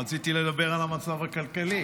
רציתי לדבר על המצב הכלכלי.